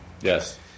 Yes